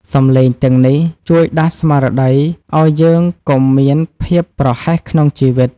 សំឡេងទាំងនេះជួយដាស់ស្មារតីឱ្យយើងកុំមានភាពប្រហែសក្នុងជីវិត។